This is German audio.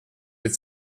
mit